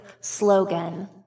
slogan